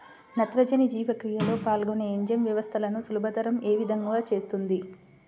నత్రజని జీవక్రియలో పాల్గొనే ఎంజైమ్ వ్యవస్థలను సులభతరం ఏ విధముగా చేస్తుంది?